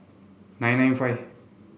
nine nine five